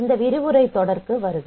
இந்த விரிவுரைத் தொடருக்கு வருக